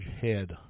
head